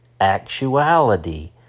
actuality